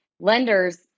Lenders